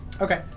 Okay